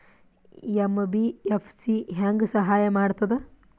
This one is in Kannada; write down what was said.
ಎಂ.ಬಿ.ಎಫ್.ಸಿ ಹೆಂಗ್ ಸಹಾಯ ಮಾಡ್ತದ?